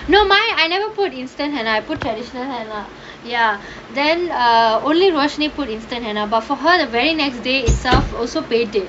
no my I never put instant henna I put traditional henna ya then err only roshni put instant henna but for her the very next day itself also painting